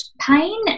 pain